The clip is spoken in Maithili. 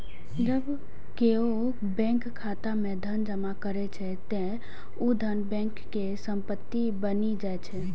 जब केओ बैंक खाता मे धन जमा करै छै, ते ऊ धन बैंक के संपत्ति बनि जाइ छै